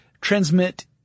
transmit